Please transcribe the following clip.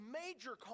major